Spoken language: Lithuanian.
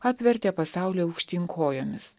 apvertė pasaulį aukštyn kojomis